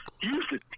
Houston